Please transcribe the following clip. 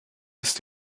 ist